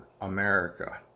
America